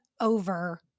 over